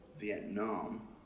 Vietnam